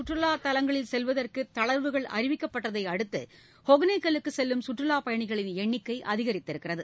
சுற்றுலாத் தலங்களில் செல்வதற்கு தளர்வுகள் அறிவிக்கப்பட்டதை அடுத்து ஒகேனக்கல்லுக்கு செல்லும் சுற்றுலாப் பயணிகளின் எண்ணிக்கை அதிகரித்துள்ளது